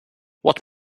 what